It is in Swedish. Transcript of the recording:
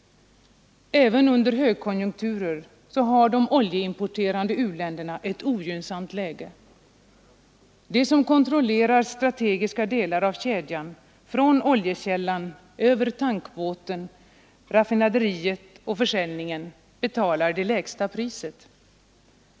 Även under högkonjunkturer har de oljeimporterande u-länderna ett ogynnsamt läge. De som kontrollerar strategiska delar av kedjan från oljekällan över tankbåten, raffinaderiet och försäljningen betalar det lägsta priset.